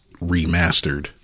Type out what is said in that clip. remastered